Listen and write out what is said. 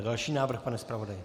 Další návrh, pane zpravodaji.